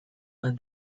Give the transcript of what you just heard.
when